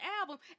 album